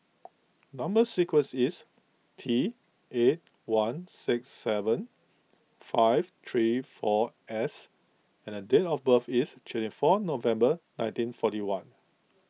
Number Sequence is T eight one six seven five three four S and the date of birth is twenty four November nineteen forty one